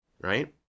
right